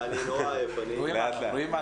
היא לא אומרת את זה,